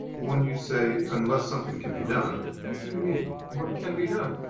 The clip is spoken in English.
when you say unless something can be done what do you mean? what can be done?